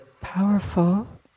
powerful